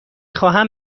خواهم